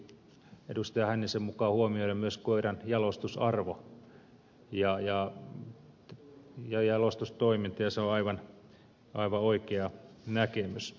hännisen mukaan huomioida myös koiran jalostusarvo ja jalostustoiminta ja se on aivan oikea näkemys